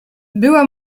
była